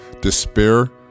despair